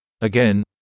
Again